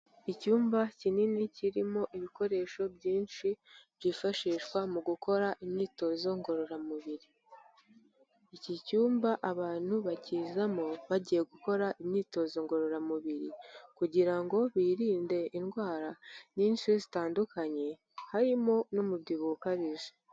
Icyumba kinini kirimo ibikoresho byinshi byifashishwa mu gukora imyitozo ngororamubiri, iki cyumba abantu bakizamo bagiye gukora imyitozo ngororamubiri kugira ngo birinde indwara nyinshi zitandukanye harimo n'umubyibuho ukabije.